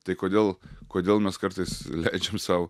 tai kodėl kodėl mes kartais leidžiam sau